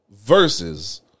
Versus